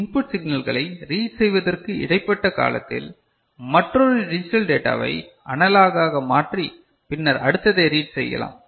input சிக்னல்களை read செய்வதற்கு இடைப்பட்ட காலத்தில் மற்றொரு டிஜிட்டல் டேட்டாவை அனலாக் ஆக மாற்றி பின்னர் அடுத்ததை ரீட் செய்யலாம்